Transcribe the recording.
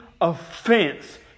offense